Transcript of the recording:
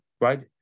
right